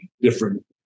different